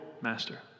Master